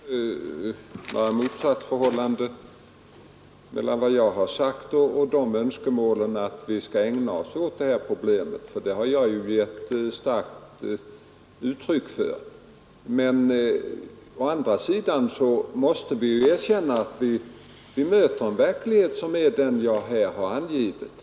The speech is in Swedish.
Herr talman! Jag ser inte något motsatsförhållande mellan vad jag sagt och önskemålen att vi skall ägna oss åt detta problem. Vi ser ungdomsarbetslösheten som ett allvarligt problem. Det har jag ju givit starkt uttryck för. Men å andra sidan måste vi erkänna, att vi möter en verklighet, som den jag här har angivit.